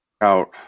out